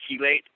chelate